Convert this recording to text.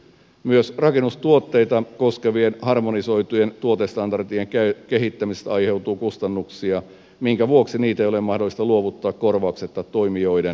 myös rakennustuotteita koskevien harmonisoitujen tuotestandardien kehittämisestä aiheutuu kustannuksia minkä vuoksi niitä ei ole mahdollista luovuttaa korvauksetta toimijoiden käyttöön